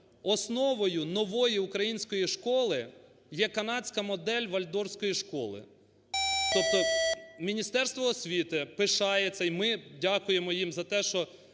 основою нової української школи є канадська модель Вальдорфської школи. Тобто Міністерство освіти пишається і ми дякуємо їм за те, що